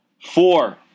Four